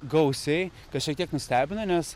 gausiai kas šiek tiek nustebino nes